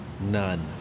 None